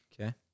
Okay